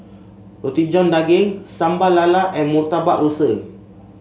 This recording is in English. Roti John Daging Sambal Lala and Murtabak Rusa